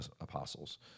apostles